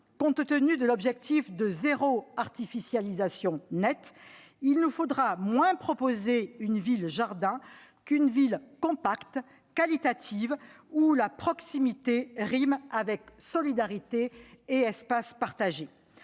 Compte tenu de l'objectif de zéro artificialisation nette, c'est moins une « ville jardin » qu'une ville compacte qualitative, où proximité rime avec solidarité et espaces partagés,